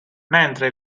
mentre